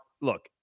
look